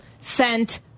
sent